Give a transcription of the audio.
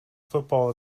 football